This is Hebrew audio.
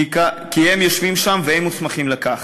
כי הם יושבים שם והם מוסמכים לכך.